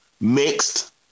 mixed